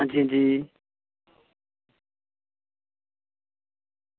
अंजी अंजी